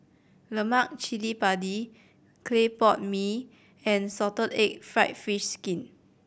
lemak cili padi clay pot mee and salted egg fried fish skin